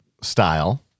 style